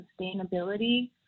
sustainability